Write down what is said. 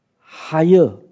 higher